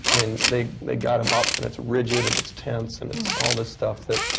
i mean, they. they got him up and it's rigid and it's tense and it's all this stuff that.